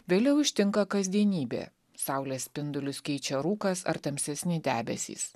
vėliau ištinka kasdienybė saulės spindulius keičia rūkas ar tamsesni debesys